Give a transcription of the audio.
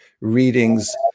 readings